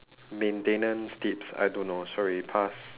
maintenance tips I don't know sorry pass